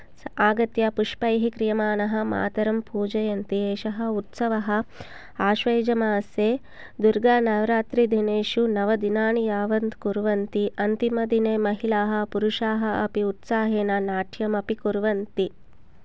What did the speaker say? आगत्य पुष्पैः क्रियमाणः मातरं पूजयन्ति एषः उत्सवः आश्वयुजमासे दूर्गानवरात्रि दिनेषु नवदिनानि यावत् कुर्वन्ति अन्तिमदिने महिलाः पुरुषाः अपि उत्साहेन नाट्यम् अपि कुर्वन्ति